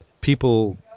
people